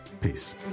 Peace